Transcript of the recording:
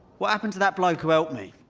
what happened to that bloke who helped me?